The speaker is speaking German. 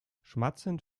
schmatzend